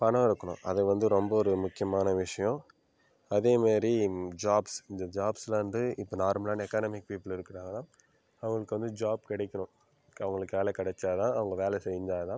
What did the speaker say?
பணோம் இருக்கணும் அது வந்து ரொம்ப ஒரு முக்கியமான விஷயோம் அதே மாரி ஜாப்ஸ் இந்த ஜாப்ஸில் வந்து இப்போ நார்மலான எக்கானாமிக் பீப்பள் இருக்கிறாங்கனா அவங்களுக்கு வந்து ஜாப் கிடைக்கனும் அவங்களுக்கு வேலை கிடச்சா தான் அவங்க வேலை செஞ்சால் தான்